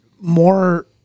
more